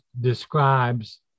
describes